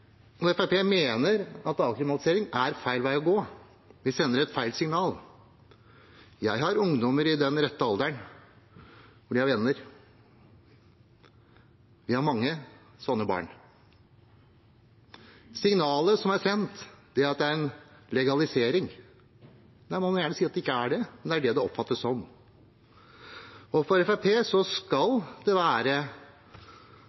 og Fremskrittspartiet mener at avkriminalisering er feil vei å gå. Vi sender et feil signal. Jeg har ungdommer i den rette alderen, og de har venner. Vi har mange sånne barn. Signalet som er sendt, er at det er en legalisering. Man må gjerne si at det ikke er det, men det er det det oppfattes som, og for Fremskrittspartiet skal